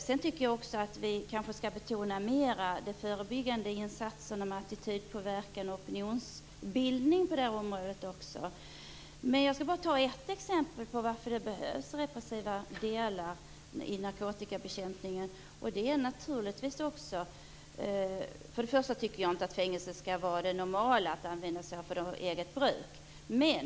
Jag tycker också att vi mer skall betona de förebyggande insatserna, med attitydpåverkan och opinionsbildning. Jag skall nämna ett exempel på varför det behövs repressiva delar i narkotikabekämpningen. I och för sig tycker jag inte att fängelse skall vara det normala straffet för eget bruk av narkotika.